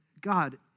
God